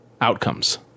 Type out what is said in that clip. outcomes